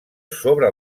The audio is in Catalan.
sobre